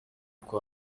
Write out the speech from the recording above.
kwa